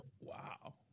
Wow